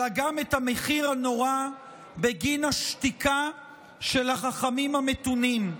אלא גם את המחיר הנורא בגין השתיקה של החכמים המתונים,